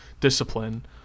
discipline